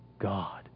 God